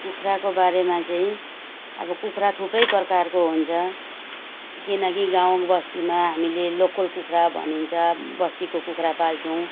कुखुराको बारेमा चाहिँ अब कुखुरा थुप्रै प्रकारको हुन्छ किनकि गाउँ बस्तीमा हामीले लोकल कुखुरा भनिन्छ बस्तीको कुखुरा पाल्छौँ